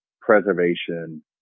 preservation